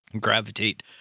gravitate